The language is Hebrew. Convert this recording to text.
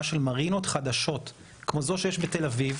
של מרינות חדשות כמו זו שיש בתל אביב,